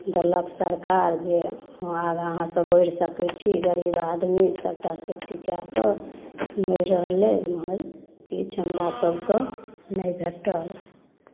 देलक सरकार जे आगाँ अहाँ सब बढ़ि सकै छी गरीब आदमी सबटा सबचीज कऽ कऽ मरि रहलैए किछु हमरा सबके नहि भेटल